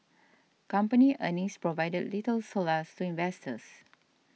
company earnings provided little solace to investors